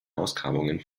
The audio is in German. ausgrabungen